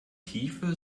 tiefe